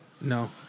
No